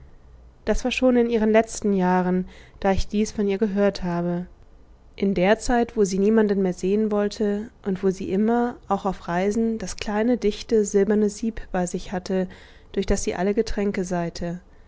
das war schon in ihren letzten jahren da ich dies von ihr gehört habe in der zeit wo sie niemanden mehr sehen wollte und wo sie immer auch auf reisen das kleine dichte silberne sieb bei sich hatte durch das sie alle getränke seihte